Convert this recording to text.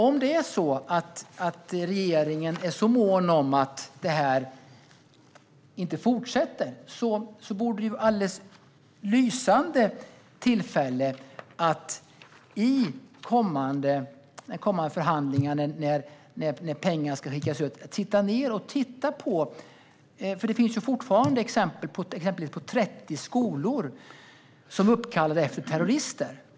Om regeringen är så mån om att den här utvecklingen inte fortsätter borde det vara ett alldeles lysande tillfälle, i kommande förhandlingar när pengarna ska fördelas, att titta på bland annat de 30 skolor som är uppkallade efter terrorister.